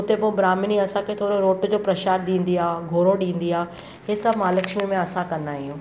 उते पोइ ब्राह्मणी असांखे थोरो रोट जो प्रसादु ॾींदी आहे घोरो ॾींदी आहे ही सभु महालक्ष्मी में असां कंदा आहियूं